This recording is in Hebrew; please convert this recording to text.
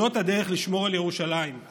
זאת הדרך לשמור על ירושלים.